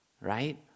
right